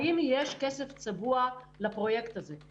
האם יש כסף צבוע לפרויקט הזה?